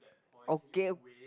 okay